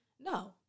No